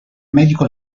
medico